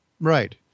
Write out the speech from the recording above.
Right